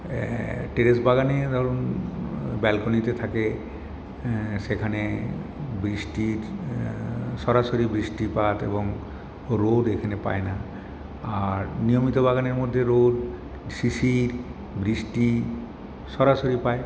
terrace বাগানের ধরুন ব্যালকনিতে থাকে সেখানে বৃষ্টির সরাসরি বৃষ্টিপাত এবং রোদ এখানে পায় না আর নিয়মিত বাগানের মধ্যে রোদ শিশির বৃষ্টি সরাসরি পায়